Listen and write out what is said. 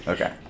Okay